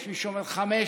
יש מי שאומר 500,000,